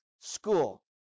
school